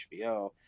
hbo